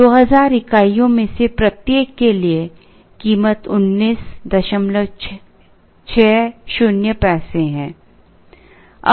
2000 इकाइयों में से प्रत्येक के लिए कीमत 1960 पैसे है